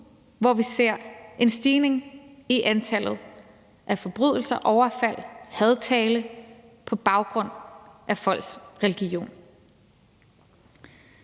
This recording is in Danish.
hvor vi ser en stigning i antallet af forbrydelser, overfald og hadtale på baggrund af religion.